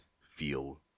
feel